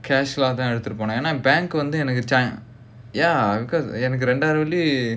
cash lah எடுத்துட்டு:eduthuttu bank வந்து எனக்கு:vandhu enakku ya because ரெண்டாயிரம் வெள்ளி:rendaayiram velli